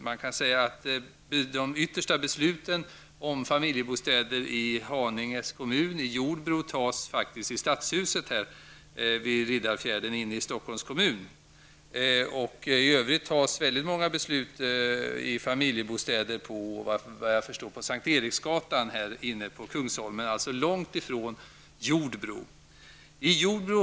Man kan säga att de yttersta besluten som rör Familjebostäder i Jordbro i Haninge kommun fattas här i Stadshuset vid Riddarfjärden i Stockholms kommun. I övrigt fattas många beslut rörande Familjebostäder på Sankt Eriksgatan på Kungsholmen långt från Jordbro.